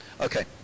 Okay